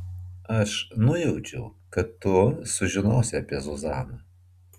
aš nujaučiau kad tu sužinosi apie zuzaną